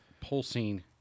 pulsing